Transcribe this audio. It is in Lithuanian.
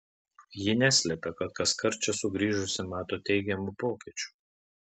ji neslepia kad kaskart čia sugrįžusi mato teigiamų pokyčių